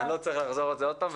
אני לא צריך לחזור על זה עוד פעם.